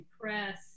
press